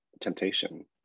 temptation